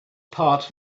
part